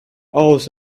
owls